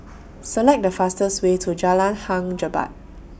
Select The fastest Way to Jalan Hang Jebat